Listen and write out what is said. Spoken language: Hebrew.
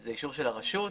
זה אישור של הרשות,